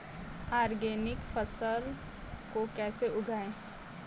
Organic फसल को कैसे उगाएँ?